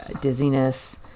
dizziness